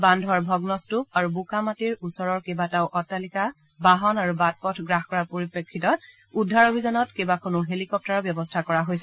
বান্ধৰ ভগ্নটুপ আৰু বোকা মাটি ওচৰৰ কেইবাটাও অট্টালিকা বাহন আৰু বাট পথ গ্ৰাস কৰাৰ পৰিপ্ৰেক্ষিতত উদ্ধাৰ অভিযানত কেইবাখনো হেলিকপ্তাৰ ব্যৱস্থা কৰা হৈছে